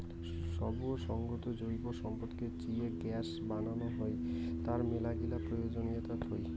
সব সঙ্গত জৈব সম্পদকে চিয়ে গ্যাস বানানো হই, তার মেলাগিলা প্রয়োজনীয়তা থুই